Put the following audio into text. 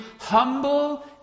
humble